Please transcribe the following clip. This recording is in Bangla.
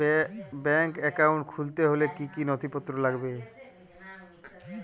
ব্যাঙ্ক একাউন্ট খুলতে হলে কি কি নথিপত্র লাগবে?